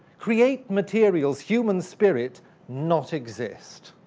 create materials human spirit not exist.